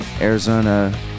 Arizona